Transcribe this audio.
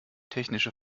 technische